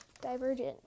Divergent